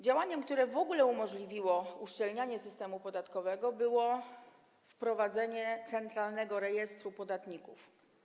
Działaniem, które w ogóle umożliwiło uszczelnianie systemu podatkowego, było wprowadzenie centralnego rejestru podatników.